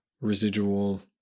residual